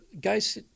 guys